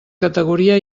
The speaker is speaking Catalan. categoria